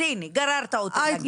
אז הנה גררת אותי להגיד.